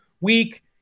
week